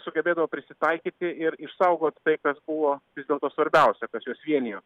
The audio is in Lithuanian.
sugebėdavo prisitaikyti ir išsaugoti tai kas buvo vis dėlto svarbiausia kas juos vienijo